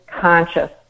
conscious